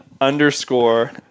underscore